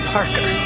Parker